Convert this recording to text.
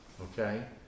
okay